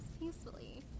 peacefully